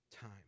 time